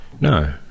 No